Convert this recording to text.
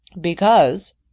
Because